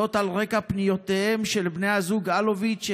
זאת על רקע פניותיהם של בני הזוג אלוביץ'